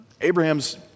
Abraham's